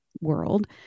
world